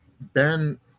Ben